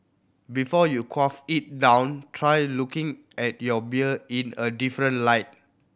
before you quaff it down try looking at your beer in a different light